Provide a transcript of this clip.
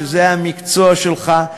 שזה המקצוע שלך,